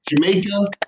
Jamaica